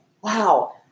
wow